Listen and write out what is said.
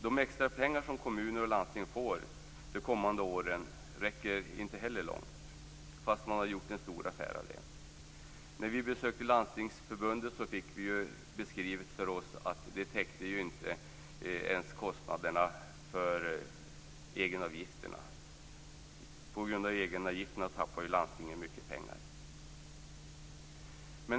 De extra pengar som kommuner och landsting får de kommande åren räcker inte heller långt, fast man har gjort en stor affär av dem. När vi besökte Landstingsförbundet fick vi beskrivet för oss att de inte ens täcker kostnaderna för egenavgifterna. På grund av egenavgifterna tappar landstingen mycket pengar.